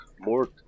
more